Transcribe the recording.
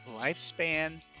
Lifespan